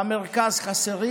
במרכז חסרים,